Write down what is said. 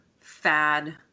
fad